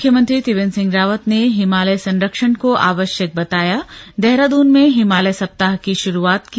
मुख्यमंत्री त्रिवेन्द्र सिंह रावत ने हिमालय संरक्षण को आवश्यक बताया देहरादून में हिमालय सप्ताह की शुरूआत की